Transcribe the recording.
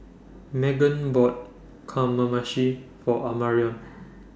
Meghan bought Kamameshi For Amarion